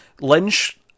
Lynch